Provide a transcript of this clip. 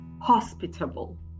hospitable